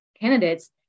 candidates